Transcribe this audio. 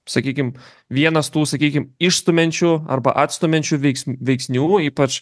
sakykim vienas tų sakykim išstumiančių arba atstumiančių veiksm veiksnių ypač